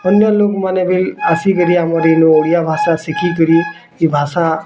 ଅନ୍ୟ ଲୁକ୍ମାନେ ବି ଆସିକରି ଆମରି ଏଇନୁ ଓଡ଼ିଆ ଭାଷା ଶିଖିକରି ଏ ଭାଷା